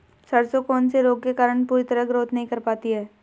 सरसों कौन से रोग के कारण पूरी तरह ग्रोथ नहीं कर पाती है?